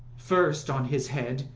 first, on his head,